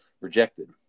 rejected